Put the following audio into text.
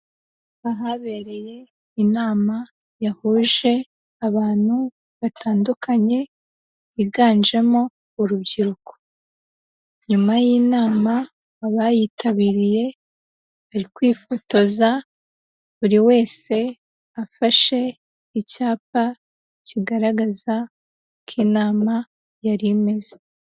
Ahabereye inama yahuje abantu batandukanye, yiganjemo urubyiruko. Nyuma y'inama, abayitabiriye bari kwifotoza, buri wese afashe icyapa kigaragaza uko inama yari imeze.